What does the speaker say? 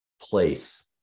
place